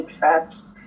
fats